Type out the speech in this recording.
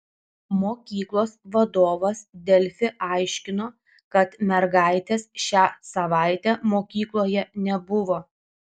mokyklos vadovas delfi aiškino kad mergaitės šią savaitę mokykloje nebuvo